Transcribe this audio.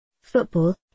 Football